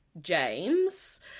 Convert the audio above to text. james